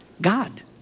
God